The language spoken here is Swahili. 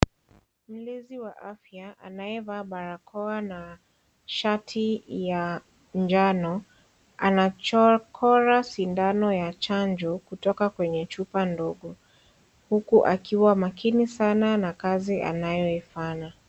Mlizi wa afya, anaeva barakoa na shati ya njano, anachokora sindano ya chanjo kutoka kwenye chupa ndogo. Huku akiwa makini sana na kazi anayoifanya.